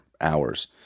hours